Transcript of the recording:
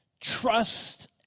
Trust